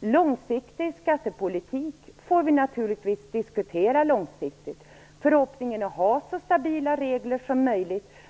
Långsiktig skattepolitik får vi naturligtvis diskutera långsiktigt liksom förhoppningen om så stabila regler som möjligt.